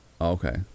Okay